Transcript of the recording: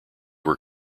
were